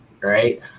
right